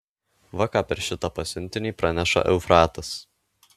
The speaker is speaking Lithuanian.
va ką per šitą pasiuntinį praneša eufratas